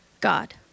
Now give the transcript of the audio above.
God